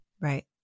Right